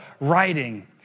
writing